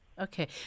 Okay